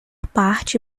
parte